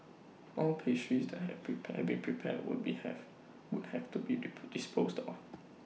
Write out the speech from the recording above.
all pastries that have have been prepared would have to be disposed of